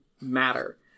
matter